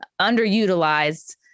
underutilized